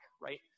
right